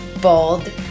bold